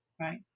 right